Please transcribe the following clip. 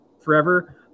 forever